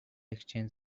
exchange